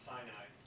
Sinai